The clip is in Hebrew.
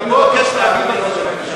אני מבקש להגיב על זה.